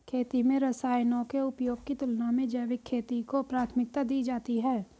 खेती में रसायनों के उपयोग की तुलना में जैविक खेती को प्राथमिकता दी जाती है